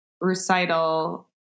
recital